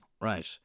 Right